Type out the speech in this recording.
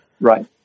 Right